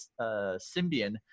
Symbian